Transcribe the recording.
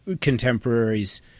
contemporaries